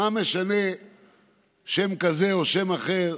מה משנה שם כזה או שם אחר?